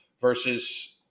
versus